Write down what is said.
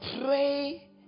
Pray